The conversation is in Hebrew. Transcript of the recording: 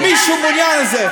מישהו מעוניין בזה.